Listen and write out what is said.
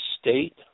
state